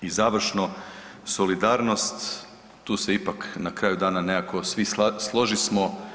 I završno, solidarnost, tu se ipak na kraju dana nekako svi složismo.